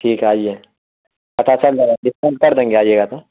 ٹھیک ہے آئیے پتا چل جائے گا ڈسکاؤنٹ کر دیں گے آئیے گا تو